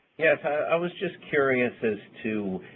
yes, i was just curious as to,